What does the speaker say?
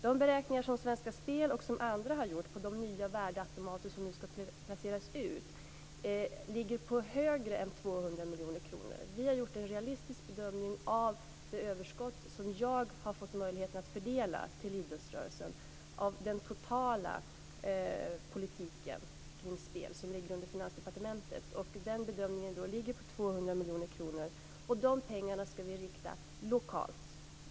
De beräkningar som Svenska Spel och andra har gjort i fråga om de nya värdeautomater som nu skall placeras ut visar att det kommer att bli mer än 200 miljoner kronor. Vi har gjort en realistisk bedömning av det överskott som jag har fått möjlighet att fördela till idrottsrörelsen av det totala belopp kring spel som ligger under Finansdepartementet. Bedömningen är att det då blir 200 miljoner kronor, och dessa pengar skall vi rikta lokalt.